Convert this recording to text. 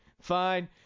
Fine